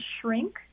shrink